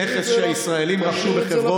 נכס שהישראלים רכשו בחברון.